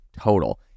Total